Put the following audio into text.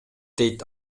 дейт